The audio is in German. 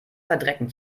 verdrecken